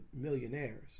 millionaires